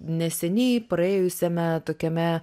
neseniai praėjusiame tokiame